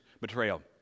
betrayal